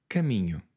Caminho